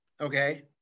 okay